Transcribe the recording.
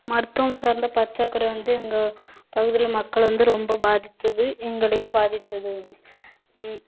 மருத்துவம் சார்ந்த பற்றாக்குறை வந்து எங்கள் பகுதியில் உள்ள மக்கள் வந்து ரொம்ப பாதித்தது எங்களையும் பாதித்தது அது